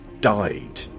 died